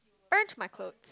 burnt my clothe